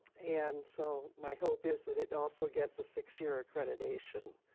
and so my hope is that it also gets a six year accreditation.